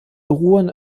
ruhen